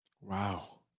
wow